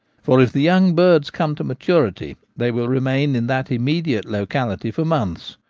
for if the young birds come to maturity they will remain in that immediate locality for months,